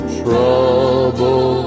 trouble